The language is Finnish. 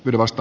tilasto